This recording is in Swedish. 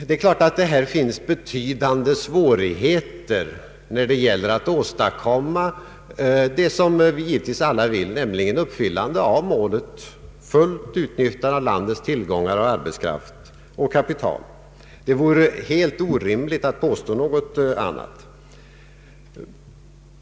Det är klart att det finns betydande svårigheter när det gäller att åstadkomma det som vi givetvis alla vill, nämligen uppnående av målet: fullt utnyttjande av landets tillgångar av arbetskraft och kapital. Det vore helt orimligt att påstå något annat.